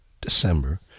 December